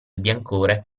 biancore